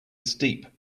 steep